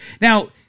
Now